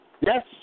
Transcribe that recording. Yes